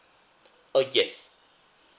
uh yes